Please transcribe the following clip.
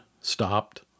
stopped